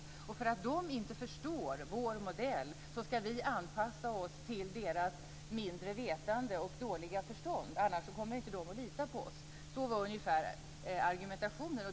På grund av att de inte förstår vår modell ska vi anpassa oss till deras mindre vetande och dåliga förstånd - annars kommer de inte att lita på oss. Så, ungefär, var argumentationen.